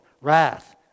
wrath